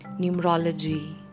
numerology